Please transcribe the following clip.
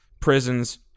Prisons